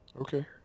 Okay